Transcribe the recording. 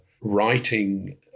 writing